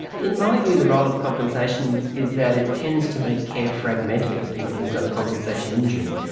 in my view the role of compensation is that it tends to make care fragmented for people who've got a compensation injury,